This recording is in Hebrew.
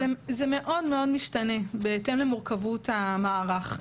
זה מאוד-מאוד משתנה, בהתאם למורכבות המערך.